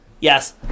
Yes